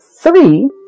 Three